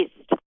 east